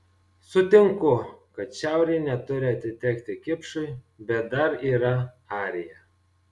sutinku kad šiaurė neturi atitekti kipšui bet dar yra arija